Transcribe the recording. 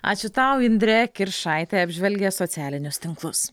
ačiū tau indrė kiršaitė apžvelgė socialinius tinklus